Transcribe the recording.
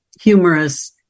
humorous